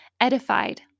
edified